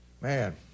Man